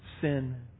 sin